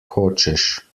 hočeš